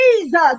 Jesus